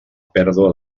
pèrdua